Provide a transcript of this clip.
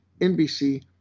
NBC